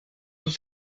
sus